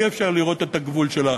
אי-אפשר לראות את הגבול שלה.